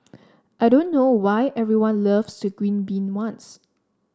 I don't know why everyone loves the green bean ones